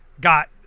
got